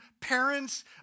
parents